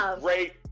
great